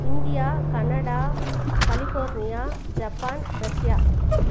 India Canada California Japan Russia